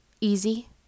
easy